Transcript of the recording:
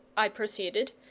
i proceeded,